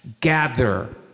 Gather